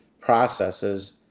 processes